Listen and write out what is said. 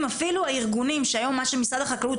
הארוגינם עושים מה שהיום משרד החקלאות